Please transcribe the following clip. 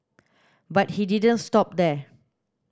but he didn't stop there